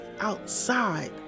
outside